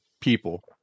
people